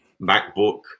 MacBook